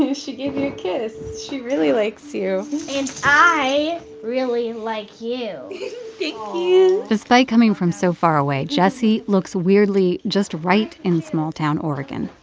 she gave you a kiss. she really likes you and i really like you thank you despite coming from so far away, jessie looks weirdly just right in small-town oregon.